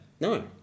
No